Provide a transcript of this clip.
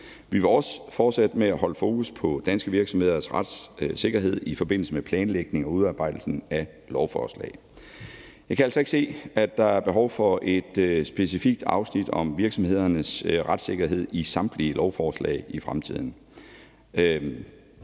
Vi vil også fortsætte med at holde fokus på danske virksomheders retssikkerhed i forbindelse med planlægningen og udarbejdelsen af lovforslag. Jeg kan altså ikke se, at der er behov for et specifikt afsnit om virksomhedernes retssikkerhed i samtlige lovforslag i fremtiden.